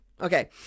Okay